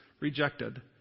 rejected